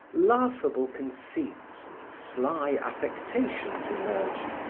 laughable conceits and sly affectations emerged,